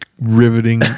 riveting